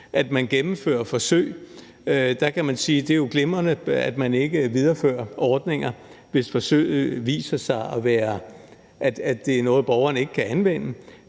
kan man jo sige, at det er glimrende, at man ikke viderefører ordninger, hvis forsøget viser, at det er noget, borgeren ikke kan anvende,